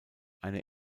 eine